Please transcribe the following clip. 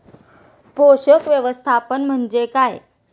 पोषक व्यवस्थापन म्हणजे काय?